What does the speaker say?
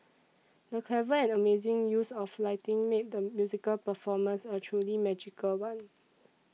the clever and amazing use of lighting made the musical performance a truly magical one